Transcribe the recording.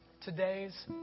Today's